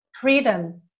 freedom